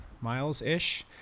miles-ish